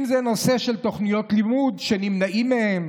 אם זה נושא של תוכניות לימוד שנמנעות מהם